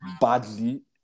badly